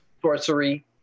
Sorcery